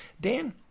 Dan